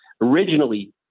Originally